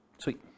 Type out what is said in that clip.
Sweet